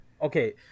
Okay